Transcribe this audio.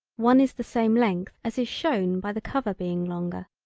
one is the same length as is shown by the cover being longer.